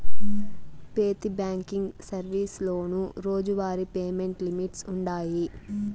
పెతి బ్యాంకింగ్ సర్వీసులోనూ రోజువారీ పేమెంట్ లిమిట్స్ వుండాయి